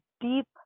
deep